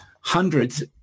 hundreds